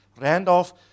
Randolph